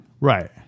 Right